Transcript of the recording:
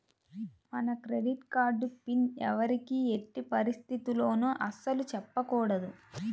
మన credit card pin ఎవ్వరికీ ఎట్టి పరిస్థితుల్లోనూ అస్సలు చెప్పకూడదు